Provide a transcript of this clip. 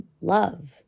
love